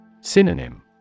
Synonym